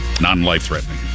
non-life-threatening